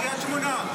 קריית שמונה.